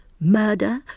Murder